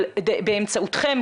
אבל באמצעותכם,